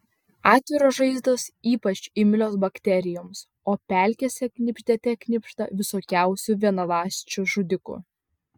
atviros žaizdos ypač imlios bakterijoms o pelkėse knibždėte knibžda visokiausių vienaląsčių žudikų